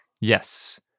Yes